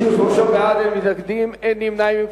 53 בעד, אין מתנגדים, אין נמנעים.